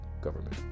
government